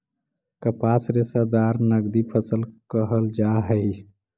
कपास रेशादार नगदी फसल कहल जा हई